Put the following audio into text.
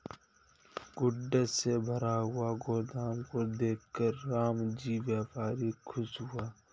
goods से भरा हुआ गोदाम को देखकर रामजी व्यापारी खुश हुए